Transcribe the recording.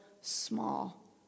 small